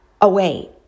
away